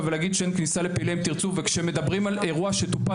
ולהגיד שאין כניסה לפעילי 'אם תרצו' וכשמדברים על אירוע שטופל,